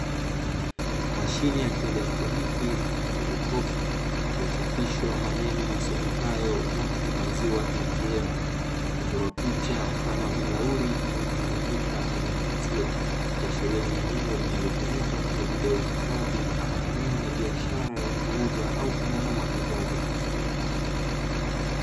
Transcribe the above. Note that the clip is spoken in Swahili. Mashine ya kielektroniki mfano wa jokofu, iliyochapishwa maneno yasomekayo "VASHU MAZIWA ATM." na kuchorwa picha mfano wa birauli yenye kimiminika aina ya maziwa, ikiashiria ni eneo linalotumika kwa ajili ya uhifadhi ama eneo la biashara ya kuuza ama kununua bidhaa za maziwa.